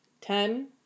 Ten